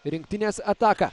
rinktinės ataką